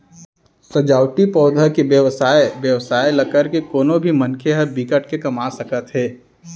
सजावटी पउधा के बेवसाय बेवसाय ल करके कोनो भी मनखे ह बिकट के कमा सकत हे